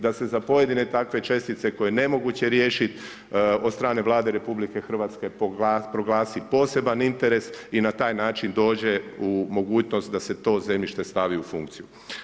Da se za pojedine takve čestice, koje je nemoguće riješiti od strane Vlade RH, proglasi poseban interes i na taj način dođe u mogućnost da se to zemljište stavi u funkciju.